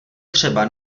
třeba